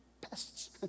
pests